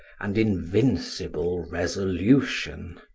and invincible resolution.